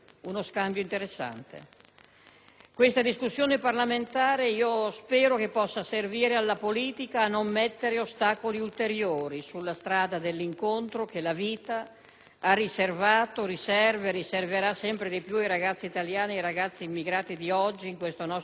Questa discussione parlamentare spero possa servire alla politica a non mettere ostacoli ulteriori sulla strada dell'incontro che la vita ha riservato, riserva e riserverà sempre di più ai ragazzi italiani ed ai ragazzi immigrati di oggi in questo nostro tempo di grandi cambiamenti.